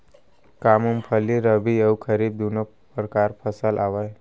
का मूंगफली रबि अऊ खरीफ दूनो परकार फसल आवय?